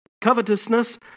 covetousness